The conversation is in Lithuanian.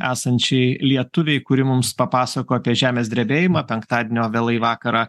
esančiai lietuvei kuri mums papasako apie žemės drebėjimą penktadienio vėlai vakarą